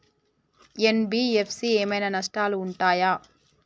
NBFC ఏమైనా నష్టాలు ఉంటయా?